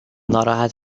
ناراحت